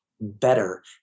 better